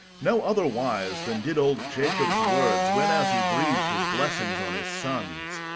no other wise than did old jacob's words, when as he breathed his blessings on his sons.